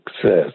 success